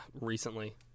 recently